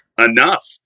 enough